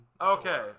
Okay